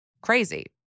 crazy